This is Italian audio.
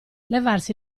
levarsi